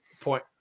point